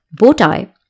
Bowtie